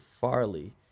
Farley